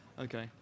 Okay